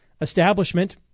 establishment